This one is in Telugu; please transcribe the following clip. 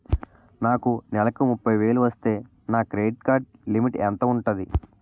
నాకు నెలకు ముప్పై వేలు వస్తే నా క్రెడిట్ కార్డ్ లిమిట్ ఎంత ఉంటాది?